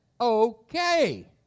Okay